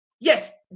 Yes